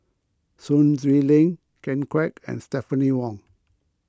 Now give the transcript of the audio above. Sun Xueling Ken Kwek and Stephanie Wong